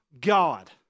God